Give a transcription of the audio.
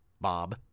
Bob